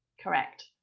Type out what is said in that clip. Correct